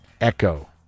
Echo